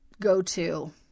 go-to